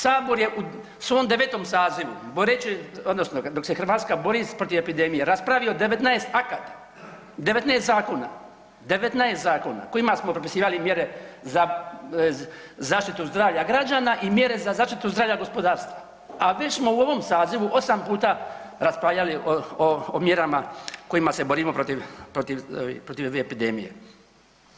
Sabor je u svom 9. sazivu boreći odnosno dok se Hrvatska bori protiv epidemije raspravio 19 akata, 19 zakona, 19 zakona kojima smo propisivali mjere za zaštitu zdravlja građana i mjere za zaštitu zdravlja gospodarstva, a već smo u ovom sazivu 8 puta raspravljali o mjerama kojima se borimo protiv, protiv ove epidemije.